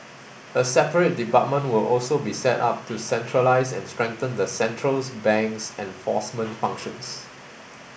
a separate department will also be set up to centralise and strengthen the central bank's enforcement functions